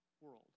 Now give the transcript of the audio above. world